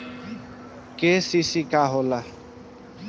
KCC का होला?